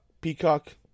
peacock